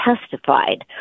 testified